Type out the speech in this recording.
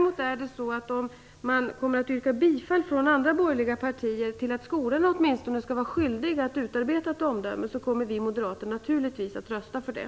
Men om man från andra borgerliga partier kommer att yrka bifall till att skolorna åtminstone skulle vara skyldiga att utarbeta ett omdöme kommer vi moderater naturligtvis att rösta för det.